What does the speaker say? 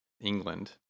England